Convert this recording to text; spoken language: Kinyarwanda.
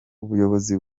ubuyobozi